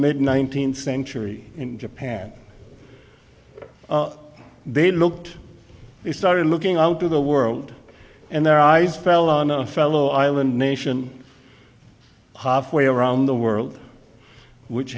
mid nineteenth century in japan they looked they started looking out to the world and their eyes fell on a fellow island nation half way around the world which